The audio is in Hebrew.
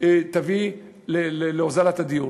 תביא להוזלת הדיור.